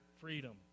freedom